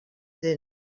din